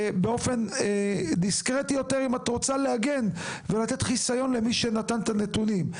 באופן דיסקרטי יותר אם את רוצה לעגן ולתת חיסיון למי שנתן את הנתונים,